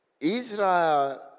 Israel